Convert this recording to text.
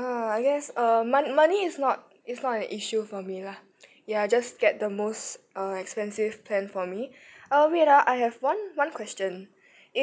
oh I guess err mon~ money is not is not an issue for me lah ya just get the most err expensive plan for me uh wait ah I have one one question